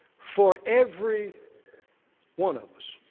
for every one of us.